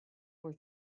were